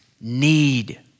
need